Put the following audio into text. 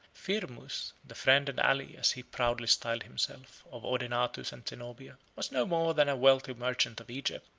firmus, the friend and ally, as he proudly styled himself, of odenathus and zenobia, was no more than a wealthy merchant of egypt.